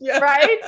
Right